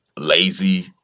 lazy